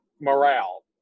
morale